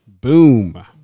Boom